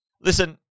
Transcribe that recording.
listen